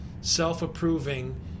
self-approving